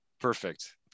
Perfect